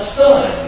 son